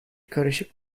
karışık